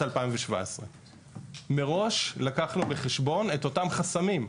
2017. מראש לקחנו בחשבון את אותם חסמים,